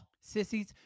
sissies